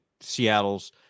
Seattle's